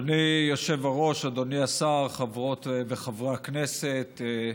אדוני היושב-ראש, אדוני השר, חברות וחברי הכנסת,